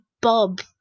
bob